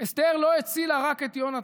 אסתר לא הצילה רק את יונתן.